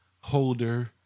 holder